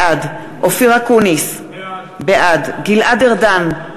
בעד אופיר אקוניס, בעד גלעד ארדן,